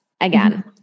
again